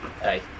hey